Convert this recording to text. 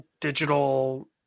digital